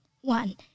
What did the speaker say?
One